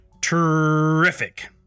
Terrific